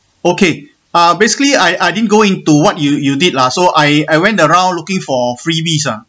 okay ah basically I I didn't go into what you you did lah so I I went around looking for freebies ah